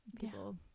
People